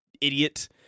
idiot